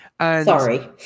Sorry